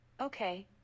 Okay